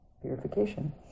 Purification